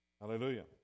Hallelujah